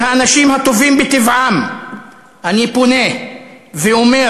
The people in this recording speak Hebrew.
אל האנשים הטובים בטבעם אני פונה ואומר: